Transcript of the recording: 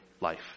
life